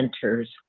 centers